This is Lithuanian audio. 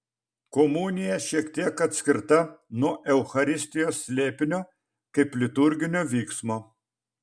komunija šiek tiek atskirta nuo eucharistijos slėpinio kaip liturginio vyksmo